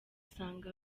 usanga